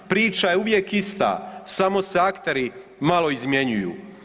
Priča je uvijek ista, samo se akteri malo izmjenjuju.